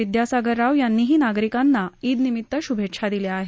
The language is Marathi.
विद्यासागर राव यांनीही नागरिकांना ईदनिमित्त श्भेच्छा दिल्या आहेत